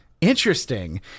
Interesting